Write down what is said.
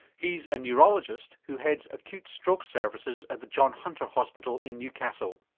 he's a neurologist who heads acute stroke services at the john hunter hospital in newcastle.